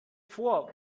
vor